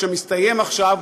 שמסתיים עכשיו,